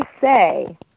say